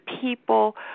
people